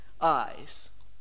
eyes